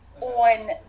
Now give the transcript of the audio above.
on